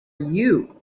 you